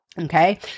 Okay